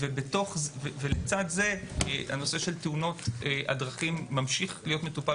לצד זה הנושא של תאונות דרכים ממשיך להיות מטופל